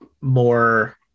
more